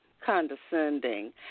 condescending